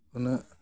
ᱩᱱᱟᱹᱜ